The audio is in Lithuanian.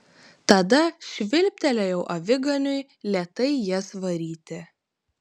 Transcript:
tada švilptelėjau aviganiui lėtai jas varyti